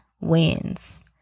wins